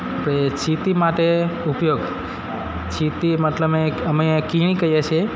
ને ચીટી માટે ઉપયોગ ચીટી મતલબ મે અમે અહીં કીડી કહીએ છીએ